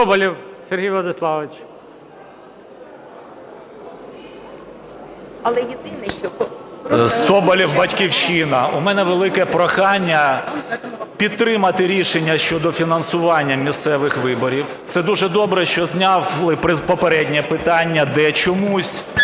Соболєв, "Батьківщина". У мене велике прохання підтримати рішення щодо фінансування місцевих виборів. Це дуже добре, що зняли попереднє питання, де чомусь